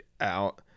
out